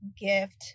gift